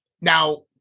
Now